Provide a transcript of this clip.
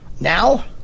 now